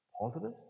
Positive